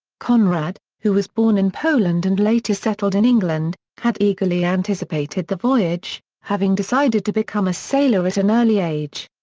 conrad, who was born in poland and later settled in england, had eagerly anticipated the voyage, having decided to become a sailor at an early age.